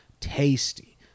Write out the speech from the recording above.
Tasty